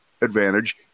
advantage